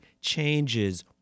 changes